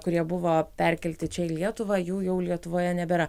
kurie buvo perkelti čia į lietuvą jų jau lietuvoje nebėra